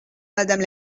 madame